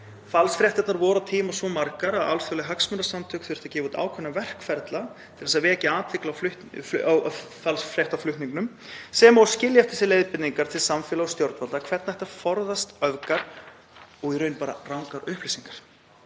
Falsfréttirnar voru á tíma svo margar að alþjóðleg hagsmunasamtök þurftu að gefa út ákveðna verkferla til að vekja athygli á falsfréttaflutningnum sem og skilja eftir leiðbeiningar til samfélaga og stjórnvalda hvernig ætti að forðast öfgar og í raun bara rangar upplýsingar.